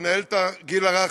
תנהל את הגיל הרך,